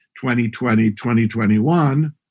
2020-2021